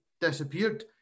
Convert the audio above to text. disappeared